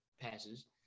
passes